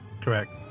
Correct